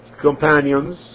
companions